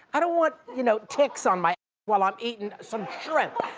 i don't want you know ticks on my while i'm eating some shrimp.